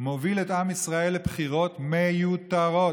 מובילים את עם ישראל לבחירות מיותרות.